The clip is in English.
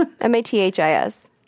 M-A-T-H-I-S